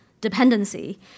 dependency